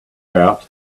out